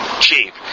cheap